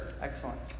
Excellent